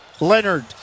Leonard